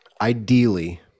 ideally